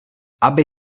aby